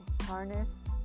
harness